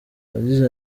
yagize